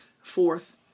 Fourth